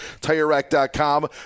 TireRack.com